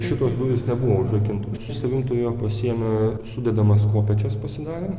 šitos durys nebuvo užrakintos su savim turėjo pasiėmę sudedamas kopėčias pasidarę